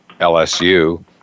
LSU